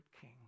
king